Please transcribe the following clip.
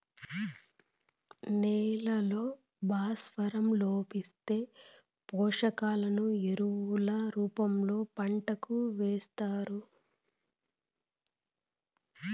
నేలల్లో భాస్వరం లోపిస్తే, పోషకాలను ఎరువుల రూపంలో పంటకు ఏస్తారు